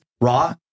raw